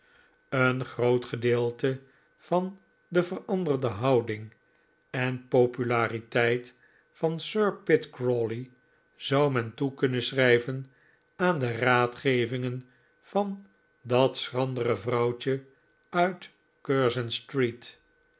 een groot gedeelte van de veranderde houding en de populariteit van sir pitt crawley zou men toe kunnen schrijven aan de raadgevingen van dat schrandere vrouwtje uit curzon street